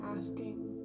asking